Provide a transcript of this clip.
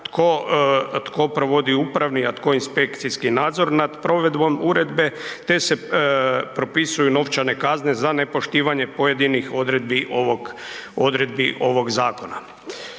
tko provodi upravni, a tko inspekcijski nadzor nad provedbom uredbe te propisuju novčane kazne za nepoštivanje pojedinih odredbi ovog zakona.